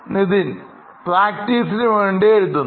Nithin പ്രാക്ടീസിന് വേണ്ടി എഴുതുന്നു